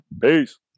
peace